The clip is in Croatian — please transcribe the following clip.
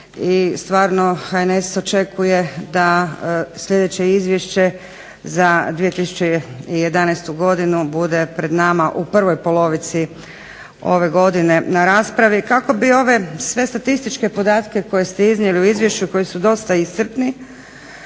stvarno HNS očekuje da sljedeće izvješće za 2011. godinu bude pred nama u prvoj polovici ove godine na raspravi kako bi ove sve statističke podatke koje ste iznijeli u izvješću koji su dosta iscrpni